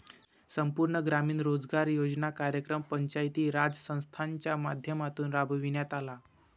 संपूर्ण ग्रामीण रोजगार योजना कार्यक्रम पंचायती राज संस्थांच्या माध्यमातून राबविण्यात आला